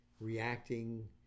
reacting